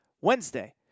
Wednesday